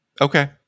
Okay